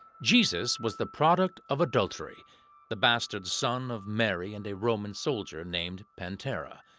jesus was the product of adultery the bastard son of mary and a roman soldier named pantera.